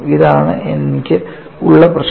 ഇതാണ് എനിക്ക് ഉള്ള പ്രശ്നം